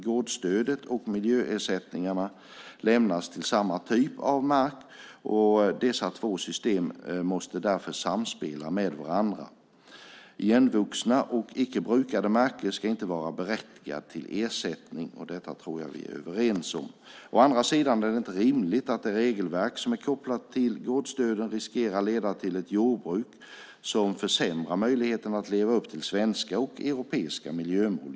Gårdsstödet och miljöersättningarna lämnas till samma typ av mark och dessa två system måste därför samspela med varandra. Igenvuxna och icke brukade marker ska inte vara berättigande till ersättning, detta tror jag vi är överens om. Å andra sidan är det inte rimligt att det regelverk som är kopplat till gårdsstödet riskerar att leda till ett jordbruk som försämrar möjligheten att leva upp till svenska och europeiska miljömål.